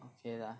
okay lah